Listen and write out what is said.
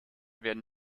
werden